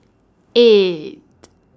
eight